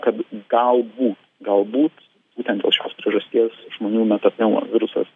kad galbūt galbūt būtent dėl šios priežasties žmonių metapneumovirusas